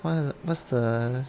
wha~ what's the